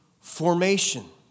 formation